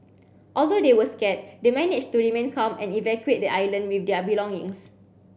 although they were scared they managed to remain calm and evacuate the island with their belongings